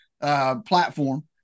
platform